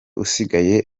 usigaye